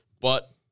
But-